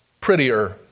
prettier